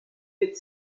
with